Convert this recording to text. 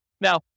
Now